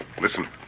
listen